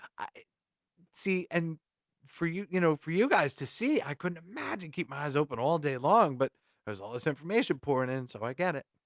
see? and for you you know for you guys to see, i couldn't imagine keeping my eyes open all day long! but there's all this information pouring in, so i get it.